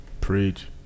Preach